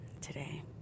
today